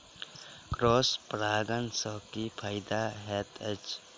Cross परागण सँ की फायदा हएत अछि?